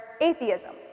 atheism